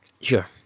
Sure